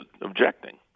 objecting